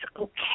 okay